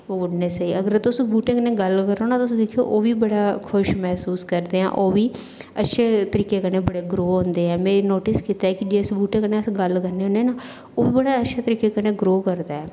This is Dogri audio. ओह् नेईं अगर तुस बूहटे कन्नै गल्ल करो ना तुस दिक्खेओ ओह् बी बड़ा खुश मसूस करदे हा ओह् बी अच्छे तरीके कन्नै बड़े ग्रो होंदे ऐ में एह् नोटिस कीता ऐ कि जिस बूहटे कन्नै अस गल्ल करने होन्ने ओह् बड़ा अच्छे तरीके कन्नै ग्रो करदा ऐ